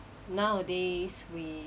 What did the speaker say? nowadays we